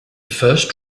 first